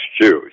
Jews